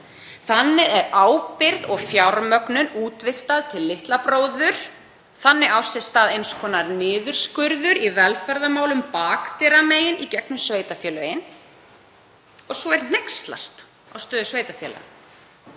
Þannig er ábyrgð og fjármögnun útvistað til litla bróður, þannig átti sér stað eins konar niðurskurður í velferðarmálum bakdyramegin í gegnum sveitarfélögin. Svo er hneykslast á stöðu sveitarfélaga.